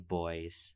boys